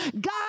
God